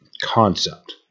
concept